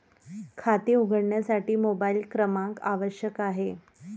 खाते उघडण्यासाठी मोबाइल क्रमांक आवश्यक आहे